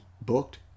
booked